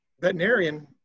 veterinarian